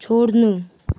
छोड्नु